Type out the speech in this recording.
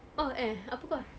oh eh apa course